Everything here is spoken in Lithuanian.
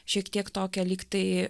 šiek tiek tokią lyg tai